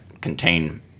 contain